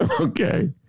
Okay